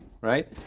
right